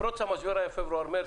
פרוץ המשבר היה פברואר-מרס.